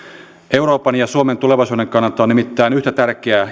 euroopan ja suomen tulevaisuuden kannalta on nimittäin yhtä tärkeää